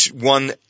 one